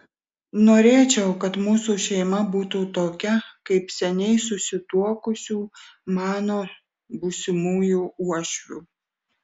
norėčiau kad mūsų šeima būtų tokia kaip seniai susituokusių mano būsimųjų uošvių